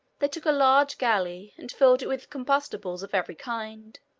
they took a large galley and filled it with combustibles of every kind.